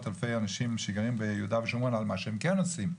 אלפי אנשים שגרים ביהודה ושומרון על מה שהם כן עושים.